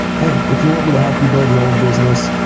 hey, if you want me to help you build your own business,